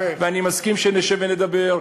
ואני מסכים שנשב ונדבר,